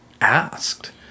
asked